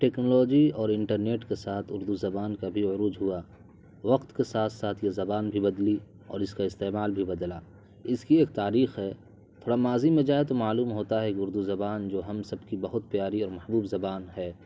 technology اور internet کے ساتھ اردو زبان کا بھی عروج ہوا وقت کے ساتھ ساتھ یہ زبان بھی بدلی اور اس کا استعمال بھی بدلا اس کی ایک تاریخ ہے تھوڑا ماضی میں جائیں تو معلوم ہوتا ہے کہ اردو زبان جو ہم سب کی بہت پیاری اور محبوب زبان ہے